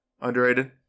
underrated